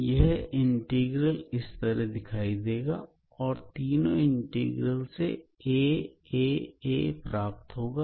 अब यह इंटीग्रल इस तरह दिखाई देगा और तीनों इंटीग्रल से a a a प्राप्त होगा